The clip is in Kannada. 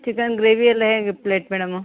ಚಿಕನ್ ಗ್ರೇವಿಯೆಲ್ಲ ಹೇಗೆ ಪ್ಲೇಟ್ ಮೇಡಮು